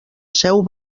seu